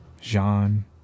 Jean